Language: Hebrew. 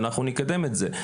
ואנחנו נקדם את זה.